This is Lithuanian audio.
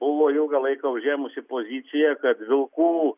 buvo ilgą laiką užėmusi poziciją kad vilkų